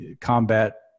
combat